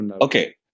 Okay